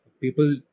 People